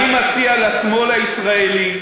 אני מציע לשמאל הישראלי,